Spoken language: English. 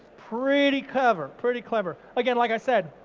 pretty clever, pretty clever. again like i said,